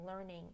learning